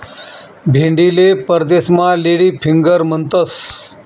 भेंडीले परदेसमा lady finger म्हणतंस